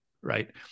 right